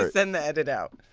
ah send the edit out.